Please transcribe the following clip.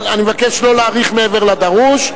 אבל אני מבקש לא להאריך מעבר לדרוש.